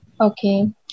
Okay